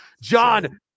John